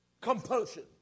compulsion